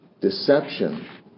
deception